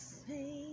say